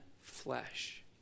flesh